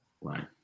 Right